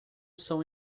são